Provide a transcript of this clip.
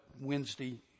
Wednesday